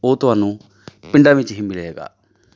ਉਹ ਤੁਹਾਨੂੰ ਪਿੰਡਾਂ ਵਿੱਚ ਹੀ ਮਿਲੇਗਾ